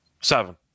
Seven